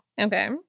Okay